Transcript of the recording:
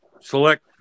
select